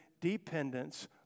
dependence